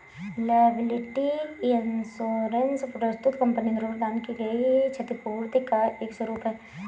liability insurance वस्तुतः company द्वारा प्रदान की गई क्षतिपूर्ति का एक स्वरूप है